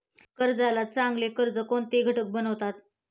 कर्जाला चांगले कर्ज कोणते घटक बनवितात?